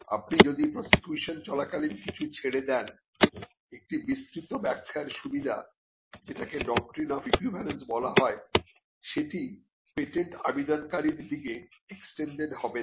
আপনি যদি প্রসেকিউশন চলাকালীন কিছু ছেড়ে দেন একটি বিস্তৃত ব্যাখ্যার সুবিধা যেটাকে ডকট্রিন অফ ইকুইভ্যালেন্স বলা হয় সেটি পেটেন্ট আবেদনকারীর দিকে এক্সটেন্ডেড হবে না